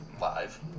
Live